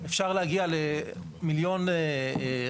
זה שאפשר להגיע למיליון רעיונות.